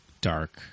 dark